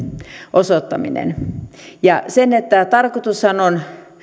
osoittaminen tarkoitushan on